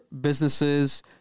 businesses